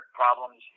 problems